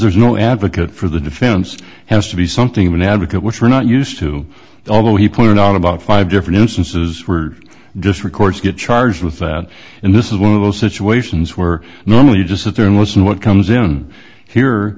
there's no advocate for the defense has to be something of an advocate which we're not used to although he pointed out about five different instances were just records get charged with that and this is one of those situations where normally just sit there and listen what comes in here